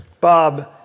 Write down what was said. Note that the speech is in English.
Bob